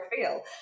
feel